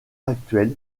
actuel